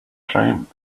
dream